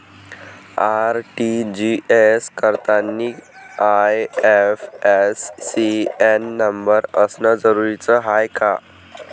RTGS करतांनी IFSC न number असनं जरुरीच हाय का?